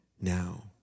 now